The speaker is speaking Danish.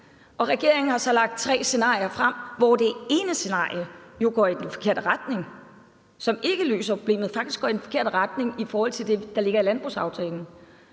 regeringen har så lagt tre scenarier frem, hvor det ene scenarie jo ikke løser problemet, men faktisk går i den forkerte retning i forhold til det, der ligger i landbrugsaftalen.